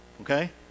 okay